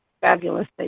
fabulous